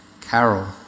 Carol